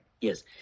Yes